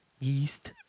East